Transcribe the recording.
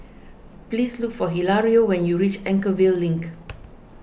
please look for Hilario when you reach Anchorvale Link